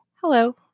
hello